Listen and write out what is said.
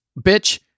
bitch